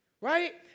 Right